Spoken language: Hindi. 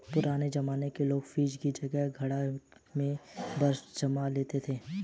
पुराने जमाने में लोग फ्रिज की जगह घड़ा में बर्फ जमा लेते थे